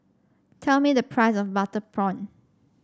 tell me the price of Butter Prawn